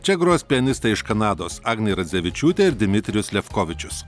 čia gros pianistai iš kanados agnė radzevičiūtė ir dmitrijus levkovičius